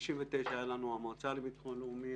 שב-1999 הייתה המועצה לביטחון לאומי,